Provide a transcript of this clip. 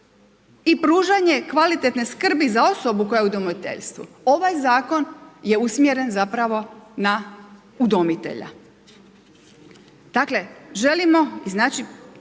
i pružanje kvalitetne skrbi za osobu koja je u udomiteljstvu. Ovaj zakon je usmjeren zapravo na udomitelja.